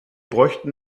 bräuchten